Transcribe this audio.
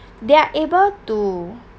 they are able to